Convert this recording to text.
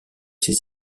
ces